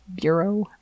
Bureau